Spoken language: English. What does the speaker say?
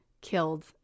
killed